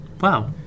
wow